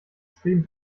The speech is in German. stream